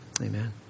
Amen